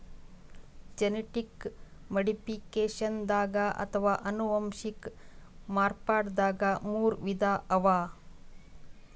genetic ಮಾಡಿಫಿಕೇಷನ್ದಾಗ್ ಅಥವಾ ಅನುವಂಶಿಕ್ ಮಾರ್ಪಡ್ದಾಗ್ ಮೂರ್ ವಿಧ ಅವಾ